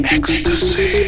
Ecstasy